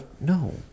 No